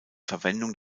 verwendung